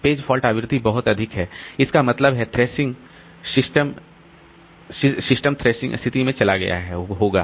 page fault आवृत्ति बहुत अधिक है इसका मतलब है सिस्टम थ्रेशिंग स्थिति में चला गया होगा